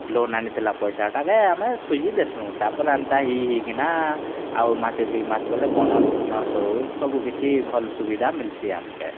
loan ଆଣିଥିଲା ପଇସାଟାକେ ଆମେ ସୁଜି ଦେସୁଁ ତାପରେ ଏନ୍ତା ହେଇ ହେଇ କିନା ଆଉ ମାସେ ଦୁଇ ମାସ୍ ଗଲେ ବୋନସ୍ ଫୋନସ୍ ହଉ ସବୁକିଛି ଭଲ୍ ସୁବିଧା ମିଲସି ଆମକେ